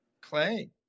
Clay